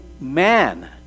man